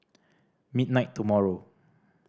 midnight tomorrow